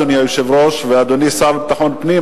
אדוני היושב-ראש ואדוני השר לביטחון פנים,